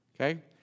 Okay